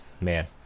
man